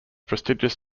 prestigious